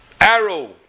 arrow